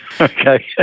Okay